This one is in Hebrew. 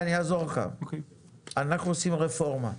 אנחנו עושים רפורמה.